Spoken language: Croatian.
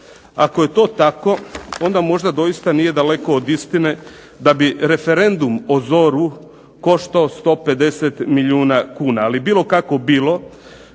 Ako je to tako, onda možda doista nije daleko od istine da bi referendum o ZOR-u koštao 150 milijuna kuna. Ali bilo kako bilo,